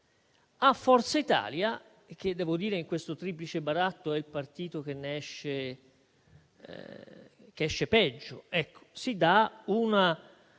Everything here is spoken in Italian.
A Forza Italia, che in questo triplice baratto è il partito che esce peggio, si dà da